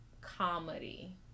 comedy